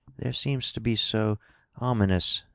there seems to be so ominous,